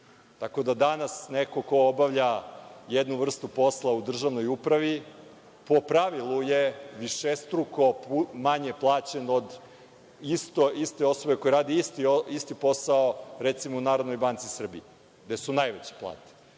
da danas neko ko obavlja jednu vrstu posla u državnoj upravi po pravilu je višestruko manje plaćen od iste osobe koja radi isti posao recimo u NBS, gde su najveće plate,